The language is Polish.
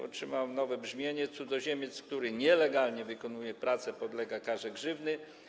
Otrzymał on nowe brzmienie: „Cudzoziemiec, który nielegalnie wykonuje pracę, podlega karze grzywny”